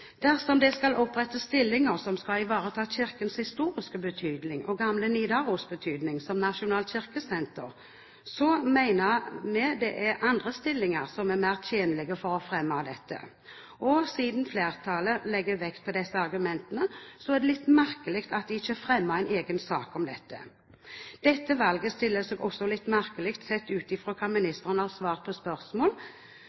Dersom det skal opprettes stillinger som skal ivareta Kirkens historiske betydning og gamle Nidaros' betydning som nasjonalt kirkesenter, mener vi det er andre stillinger som er tjenlige for å fremme dette. Siden flertallet legger vekt på disse argumentene, er det litt merkelig at de ikke fremmer en egen sak om dette. Dette valget stiller seg også litt merkelig, sett ut fra hva